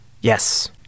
yes